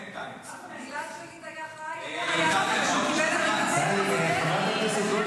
בכלל שתדעי שיש עניין דווקא לשרת נרטיב שלא ינציח ויזכיר שהן חיילות.